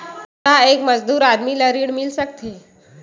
का एक मजदूर आदमी ल ऋण मिल सकथे?